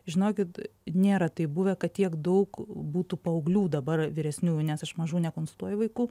žinokit nėra taip buvę kad tiek daug būtų paauglių dabar vyresniųjų nes aš mažų nekonsultuoju vaikų